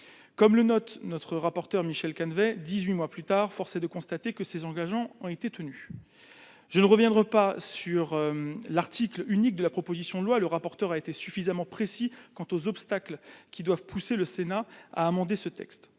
Comme le note le rapporteur, Michel Canevet, dix-huit mois plus tard, force est de constater que ces engagements ont été tenus. Je ne reviendrai pas sur l'article unique de la proposition de loi, le rapporteur ayant été suffisamment précis quant aux obstacles qui doivent pousser le Sénat à amender ce texte.